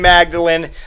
Magdalene